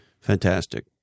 Fantastic